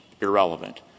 irrelevant